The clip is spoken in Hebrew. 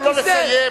תנו לו לסיים,